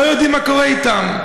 לא יודעים מה קורה אתם.